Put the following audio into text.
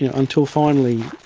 you know until finally